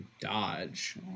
dodge